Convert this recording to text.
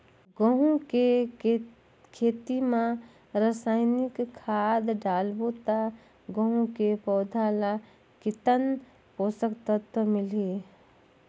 गंहू के खेती मां रसायनिक खाद डालबो ता गंहू के पौधा ला कितन पोषक तत्व मिलही?